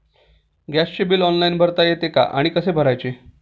गॅसचे bill online भरता येते का आणि कसे भरायचे?